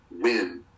win